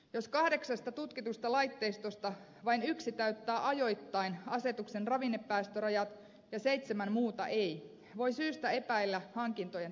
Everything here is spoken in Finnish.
jos kahdeksasta tutkitusta laitteistosta vain yksi täyttää ajoittain asetuksen ravinnepäästörajat ja seitsemän muuta ei voi syystä epäillä hankintojen tarpeellisuutta